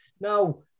now